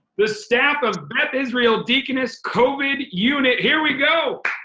the staff of beth israel deaconess covid unit. here we go.